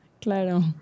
Claro